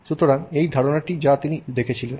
সুতরাং এই ধারণাটি যা তিনি দেখেছিলেন